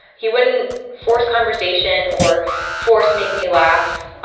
he wouldn't force conversation or force make me laugh.